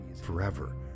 forever